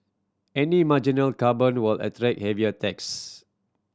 any marginal carbon will attract heavier tax